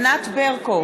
ענת ברקו,